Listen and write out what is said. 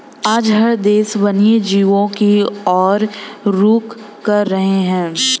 आज हर देश वन्य जीवों की और रुख कर रहे हैं